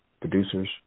producers